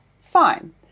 fine